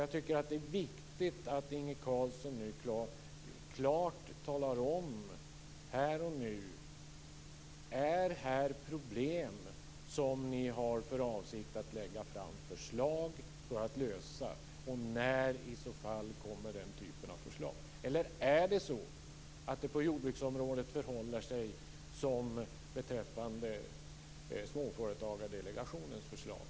Jag tycker att det är viktigt att Inge Carlsson klart talar om här och nu om det här finns problem som ni har för avsikt att lägga fram förslag om. När kommer i så fall den typen av förslag? Förhåller det sig på jordbruksområdet som för Småföretagsdelegationens förslag?